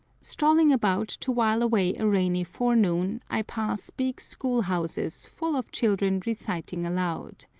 strolling about to while away a rainy forenoon i pass big school-houses full of children reciting aloud.